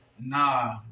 nah